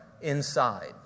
inside